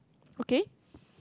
okay